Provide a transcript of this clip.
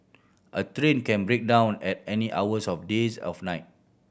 a train can break down at any hours of the days of night